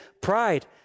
pride